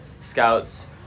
scouts